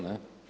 Ne?